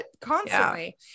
constantly